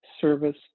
service